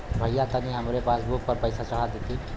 भईया तनि हमरे पासबुक पर पैसा चढ़ा देती